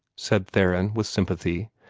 said theron, with sympathy,